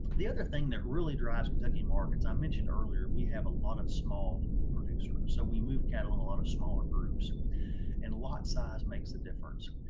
the other thing that really drives kentucky markets, i mentioned earlier we have a lot of small producer so we move cattle in a lot of smaller groups and a lot size makes the difference.